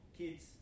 kids